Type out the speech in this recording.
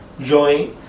joint